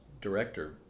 director